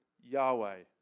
Yahweh